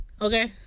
Okay